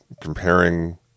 comparing